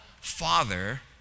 father